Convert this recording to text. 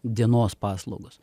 dienos paslaugos